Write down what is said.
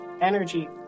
energy